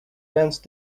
dense